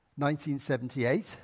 1978